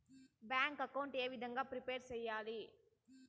Bank account ఏ విధంగా prepare సెయ్యాలి?